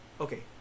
Okay